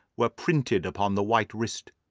were printed upon the white wrist.